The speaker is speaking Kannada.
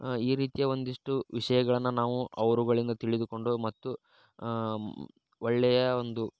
ಈ ರೀತಿಯ ಒಂದಿಷ್ಟು ವಿಷಯಗಳನ್ನು ನಾವು ಅವರುಗಳಿಂದ ತಿಳಿದುಕೊಂಡು ಮತ್ತು ಒಳ್ಳೆಯ ಒಂದು